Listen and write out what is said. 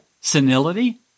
Senility